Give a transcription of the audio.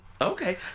Okay